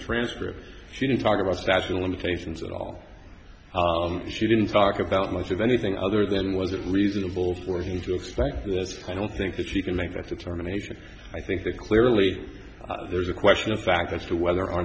transcript she didn't talk about statute of limitations at all she didn't talk about much of anything other than was it reasonable for him to expect this kind of think that she can make that determination i think that clearly there's a question of fact as to whether or